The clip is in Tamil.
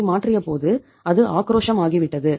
ஐ மாற்றியபோது அது ஆக்ரோஷம் ஆகிவிட்டது